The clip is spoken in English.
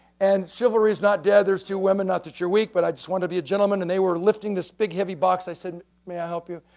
and chivalry is not dead, there's two women not that you're weak but i just wanted to be a gentleman and they were lifting this big heavy box i said, may i help you?